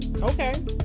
okay